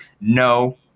No